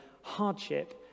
hardship